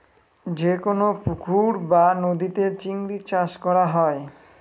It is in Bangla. যেকোনো পুকুর বা নদীতে চিংড়ি চাষ করা হয়